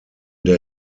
der